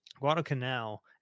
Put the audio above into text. Guadalcanal